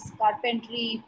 carpentry